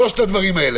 שלושת הדברים האלה.